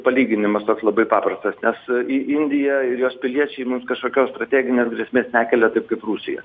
palyginimas toks labai paprastas nes ir indija ir jos piliečiai mums kažkokios strateginės grėsmės nekelia taip kaip rusija